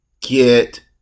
get